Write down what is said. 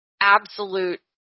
absolute